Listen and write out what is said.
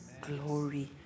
glory